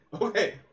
okay